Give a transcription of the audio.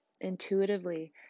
intuitively